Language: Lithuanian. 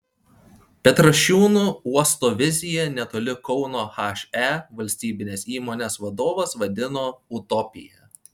petrašiūnų uosto viziją netoli kauno he valstybinės įmonės vadovas vadino utopija